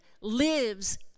lives